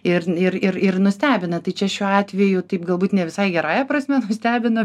ir ir ir nustebina tai čia šiuo atveju taip galbūt ne visai gerąja prasme nustebino